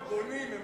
הם בונים.